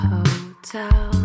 Hotel